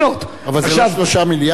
תיקח רק את הארגון הזה.